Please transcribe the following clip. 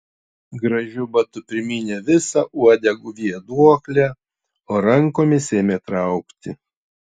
gražiu batu primynė visą uodegų vėduoklę o rankomis ėmė traukti